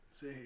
Say